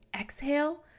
exhale